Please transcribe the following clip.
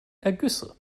ergüsse